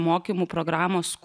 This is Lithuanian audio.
mokymų programos kursų